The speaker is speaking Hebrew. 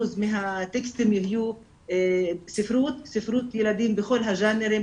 מהטקסטים יהיו ספרות ילדים בכל הז'אנרים,